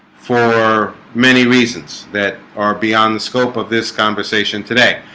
for many reasons that are beyond the scope of this conversation today,